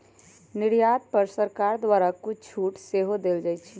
निर्यात पर सरकार द्वारा कुछ छूट सेहो देल जाइ छै